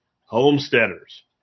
homesteaders